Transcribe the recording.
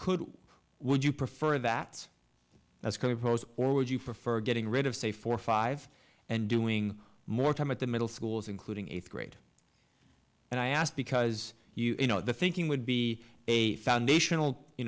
could would you prefer that that's going to pose or would you prefer getting rid of say four five and doing more time at the middle schools including eighth grade and i asked because you know the thinking would be a foundational you